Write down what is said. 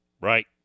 Right